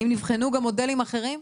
האם נבחנו גם מודלים אחרים?